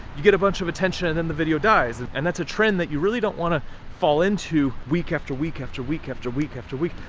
you get a bunch of attention, and then the video dies, and and that's a trend that you really don't wanna fall into, week after week, after week, after week, after week,